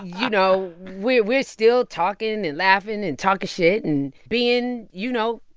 you know, we're we're still talking and laughing and talking shit and being, you know,